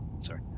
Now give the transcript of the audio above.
sorry